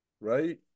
right